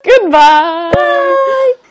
Goodbye